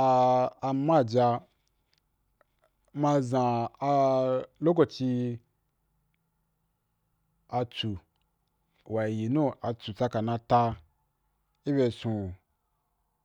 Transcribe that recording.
aamarch a ma zanalococi a chu wa i yi nu a chu tsaka na ta i bea sond.